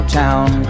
town